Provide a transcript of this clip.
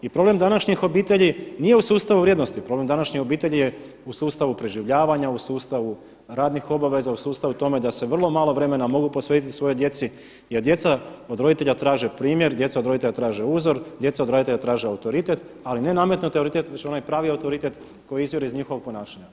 I problem današnjih obitelji nije u sustavu vrijednosti, problem današnjih obitelji je u sustavu preživljavanja, u sustavu radnih obaveza, u sustavu tome da se vrlo malo vremena mogu posvetiti svojoj djeci jer djeca od roditelja traže primjer, djeca od roditelja traže uzor, djeca od roditelja traže autoritet ali ne nametnuti autoritet već onaj pravi autoritet koji izvire iz njihovog ponašanja.